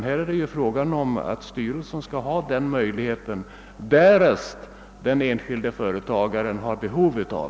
Däremot skall styrelsen ha den möjligheten, därest den enskilde företagaren har behov därav.